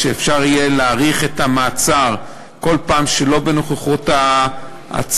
אפשר יהיה להאריך את המעצר כל פעם שלא בנוכחות העצור,